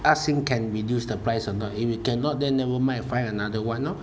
ask if can reduce the price or not if you cannot then never mind find another [one] lor